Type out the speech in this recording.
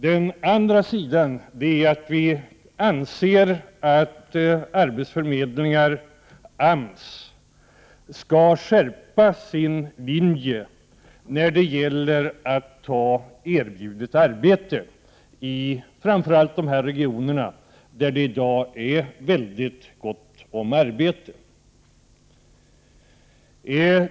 Den andra sidan är att vi anser att arbetsförmedlingar, AMS, skall skärpa sin hållning när det gäller att ta erbjudet arbete, framför allt i de regioner där det i dag är mycket gott om arbete.